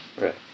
Right